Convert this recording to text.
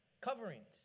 Coverings